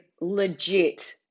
legit